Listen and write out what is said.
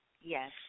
Yes